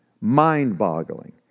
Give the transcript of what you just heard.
Mind-boggling